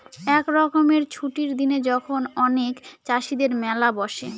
এক রকমের ছুটির দিনে যখন অনেক চাষীদের মেলা বসে